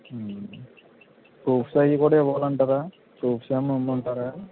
proofs అవి కూడా ఇవ్వాలంటారా ప్రూఫ్స్ ఏమన్న ఇమ్మంటారా